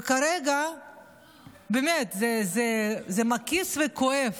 וכרגע, באמת, זה מרגיז וכואב.